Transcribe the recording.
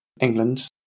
England